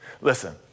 Listen